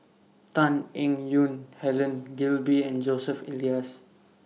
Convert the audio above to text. Tan Eng Yoon Helen Gilbey and Joseph Elias